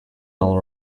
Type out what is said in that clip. all